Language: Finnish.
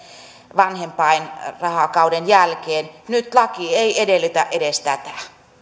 vanhempainrahakauden jälkeen nyt laki ei edellytä edes tätä